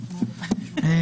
אנחנו